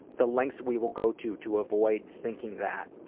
the lengths we will go to to avoid thinking that